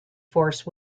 force